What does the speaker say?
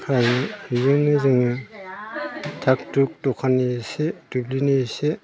फ्राय बेजोंनो जोङो थाग थुग दखाननि एसे दुब्लिनि एसे